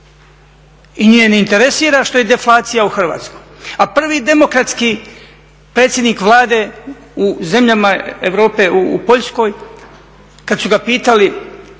I nju ne interesira što je deflacija u Hrvatskoj. A prvi demokratski predsjednik Vlade u zemljama Europe u Poljskoj kad su ga pitali